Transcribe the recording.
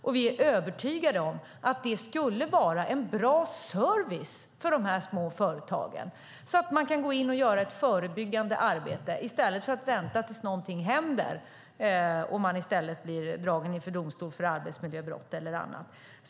Och vi är övertygade om att det skulle vara en bra service för de små företagen, så att de kan gå in och göra ett förebyggande arbete i stället för att vänta tills någonting händer och bli dragna inför domstolen för arbetsmiljöbrott eller annat.